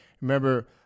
Remember